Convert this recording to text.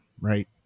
right